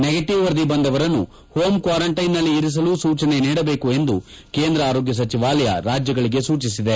negative ವರದಿ ಬಂದವರನ್ನು home ಕ್ವಾರೆಂಟೈನ್ನಲ್ಲಿ ಇರಿಸಲು ಸೂಚನೆ ನೀಡಬೇಕು ಎಂದು ಕೇಂದ್ರ ಆರೋಗ್ಯ ಸಚಿವಾಲಯ ರಾಜ್ಯಗಳಿಗೆ ಸೂಚಿಸಿದೆ